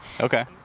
okay